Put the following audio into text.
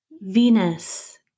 Venus